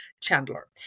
Chandler